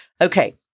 Okay